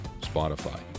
Spotify